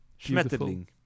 Schmetterling